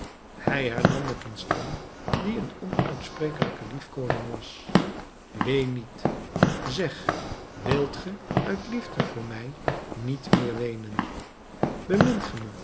hij hernam met een stem die een onuitsprekelijke liefkoozing was ween niet zeg wilt ge uit liefde voor mij niet meer weenen